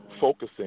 focusing